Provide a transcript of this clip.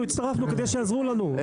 אנחנו הצטרפנו כדי שיעזרו לנו,